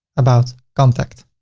about, contact.